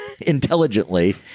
intelligently